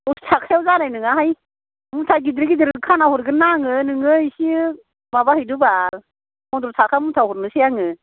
दस थाखायाव जानाय नोङाहाय मुथा गिदिर गिदिर खाना हरगोनना आङो नोङो एसे माबा हैदोबाल फन्द्र थाखा मुथा हरनोसै आङो